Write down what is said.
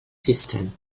system